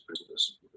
business